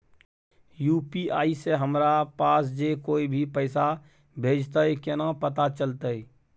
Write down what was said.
UPI से हमरा पास जे कोय भी पैसा भेजतय केना पता चलते?